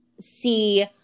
see